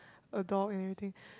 a dog and everything